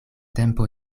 tempo